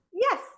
Yes